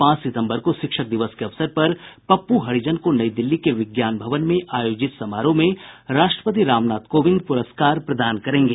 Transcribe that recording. पांच सितम्बर को शिक्षक दिवस के अवसर पर पप्पू हरिजन को नई दिल्ली के विज्ञान भवन में आयोजित समारोह में राष्ट्रपति रामनाथ कोविंद पुरस्कार प्रदान करेंगे